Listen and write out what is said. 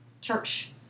church